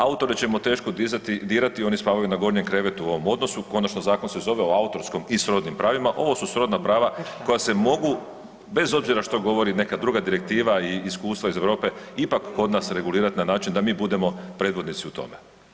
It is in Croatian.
Autore ćemo teško dizati, dirati, oni spavaju na gornjem krevetu u ovom odnosu, konačno Zakon se zove o autorskom i srodnim pravima, ovo su srodna prava koja se mogu bez obzira što govori neka druga direktiva i iskustva iz Europe, ipak kod nas regulirat na način da mi budemo predvodnici u tome.